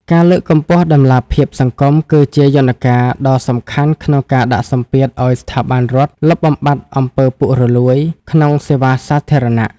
ការលើកកម្ពស់ "តម្លាភាពសង្គម" គឺជាយន្តការដ៏សំខាន់ក្នុងការដាក់សម្ពាធឱ្យស្ថាប័នរដ្ឋលុបបំបាត់អំពើពុករលួយ ក្នុងសេវាសាធារណៈ។